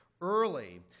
early